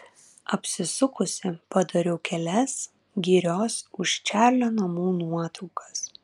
apsisukusi padariau kelias girios už čarlio namų nuotraukas